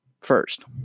first